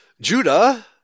Judah